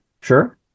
sure